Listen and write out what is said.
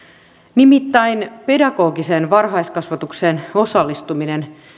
nimittäin pedagogiseen varhaiskasvatukseen osallistuminen